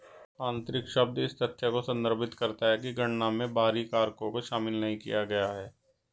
आंतरिक शब्द इस तथ्य को संदर्भित करता है कि गणना में बाहरी कारकों को शामिल नहीं किया गया है